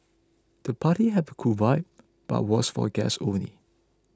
the party had a cool vibe but was for guests only